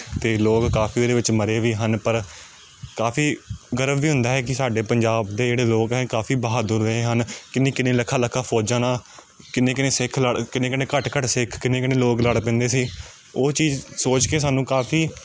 ਅਤੇ ਲੋਕ ਕਾਫੀ ਉਹਦੇ ਵਿੱਚ ਮਰੇ ਵੀ ਹਨ ਪਰ ਕਾਫੀ ਗਰਵ ਵੀ ਹੁੰਦਾ ਹੈ ਕਿ ਸਾਡੇ ਪੰਜਾਬ ਦੇ ਜਿਹੜੇ ਲੋਕ ਹਨ ਕਾਫੀ ਬਹਾਦਰ ਰਹੇ ਹਨ ਕਿੰਨੀ ਕਿੰਨੀ ਲੱਖਾਂ ਲੱਖਾਂ ਫੌਜਾਂ ਨਾਲ ਕਿੰਨੇ ਕਿੰਨੇ ਸਿੱਖ ਲੜ ਕਿੰਨੇ ਕਿੰਨੇ ਘੱਟ ਘੱਟ ਸਿੱਖ ਕਿੰਨੇ ਕਿੰਨੇ ਲੋਕ ਲੜ ਪੈਂਦੇ ਸੀ ਉਹ ਚੀਜ਼ ਸੋਚ ਕੇ ਸਾਨੂੰ ਕਾਫੀ